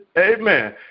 amen